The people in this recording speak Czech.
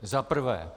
Za prvé.